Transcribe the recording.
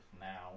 now